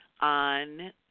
on